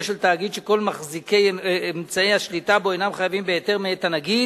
של תאגיד שכל מחזיקי אמצעי השליטה בו אינם חייבים בהיתר מאת הנגיד,